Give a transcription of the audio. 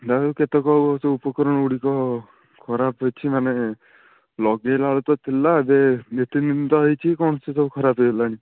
ଯାହା ଯେଉଁ କେତେକ ସବୁ ଉପକରଣ ଗୁଡ଼ିକ ଖରାପ ଅଛି ମାନେ ଲଗାଇଲା ବେଳକୁ ତ ଥିଲା ଯେ ଦିଇ ତିନିଦିନ ତ ହେଇଚି କ'ଣ ସେସବୁ ଖରାପ ହେଇଗଲାଣି